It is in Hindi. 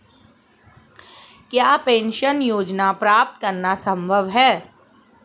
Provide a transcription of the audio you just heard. क्या पेंशन योजना प्राप्त करना संभव है?